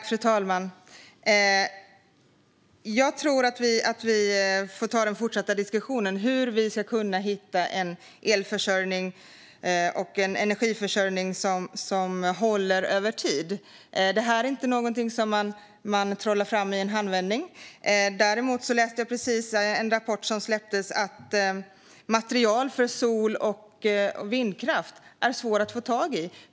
Fru talman! Jag tror att vi får ta en fortsatt diskussion om hur vi ska kunna hitta en elförsörjning och en energiförsörjning som håller över tid. Detta är inte någonting som man trollar fram i en handvändning. Däremot har jag just läst en rapport som har släppts om att det är svårt att få tag i material för sol och vindkraft.